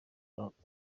gashoboka